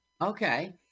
Okay